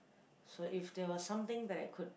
so if there was something that I could